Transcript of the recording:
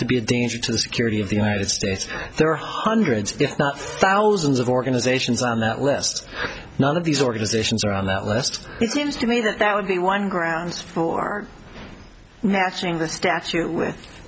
to be a danger to the security of the united states there are hundreds if not thousands of organizations and that rest none of these organizations are on west it seems to me that that would be one grounds for matching the statue with